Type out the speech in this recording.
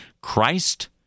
Christ